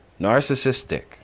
narcissistic